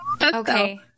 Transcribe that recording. Okay